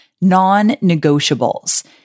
non-negotiables